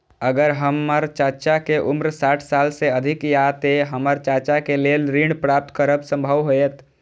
अगर हमर चाचा के उम्र साठ साल से अधिक या ते हमर चाचा के लेल ऋण प्राप्त करब संभव होएत?